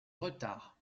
retard